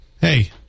Hey